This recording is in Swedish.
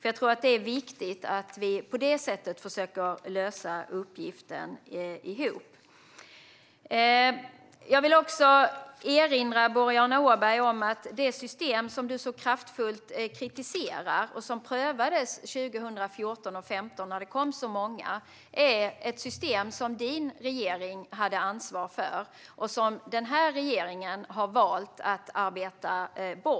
Jag tror att det är viktigt att vi försöker lösa uppgiften ihop på det sättet. Jag vill också erinra Boriana Åberg om att det system som hon kritiserar så kraftfullt, och som prövades 2014 och 2015 när det kom så många, är ett system som hennes regering hade ansvar för och som den här regeringen har valt att arbeta bort.